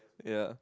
yeah